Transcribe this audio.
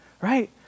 right